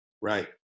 right